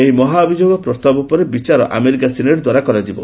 ଏହି ମହାଭିଯୋଗ ପ୍ରସ୍ତାବ ଉପରେ ବିଚାର ଆମେରିକା ସିନେଟ୍ ଦ୍ୱାରା କରାଯିବ